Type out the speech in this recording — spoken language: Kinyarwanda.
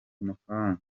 amafaranga